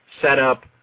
setup